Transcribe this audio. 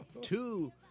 two